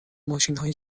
ماشینهای